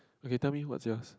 okay tell me what's yours